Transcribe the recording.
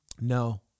No